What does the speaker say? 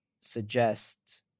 suggest